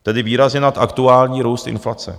Tedy výrazně nad aktuální růst inflace.